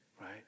right